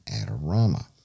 Adorama